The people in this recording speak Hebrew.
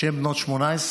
כשהן בנות 18,